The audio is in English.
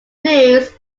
news